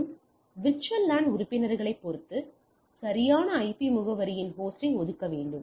மற்றும் VLAN உறுப்பினர்களைப் பொறுத்து சரியான ஐபி முகவரியின் ஹோஸ்டை ஒதுக்க வேண்டும்